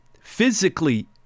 physically